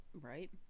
Right